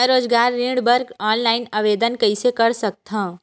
मैं रोजगार ऋण बर ऑनलाइन आवेदन कइसे कर सकथव?